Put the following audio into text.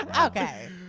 Okay